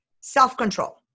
Self-control